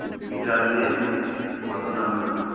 stick লাগবে কত দাম নেবেন বলুন